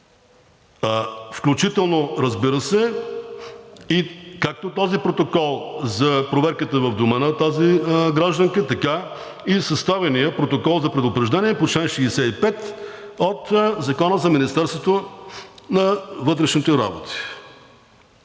включително, разбира се, както този протокол за проверката в дома на тази гражданка, така и съставения протокол за предупреждение по чл. 65 от Закона за Министерството на вътрешните работи.